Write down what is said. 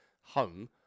home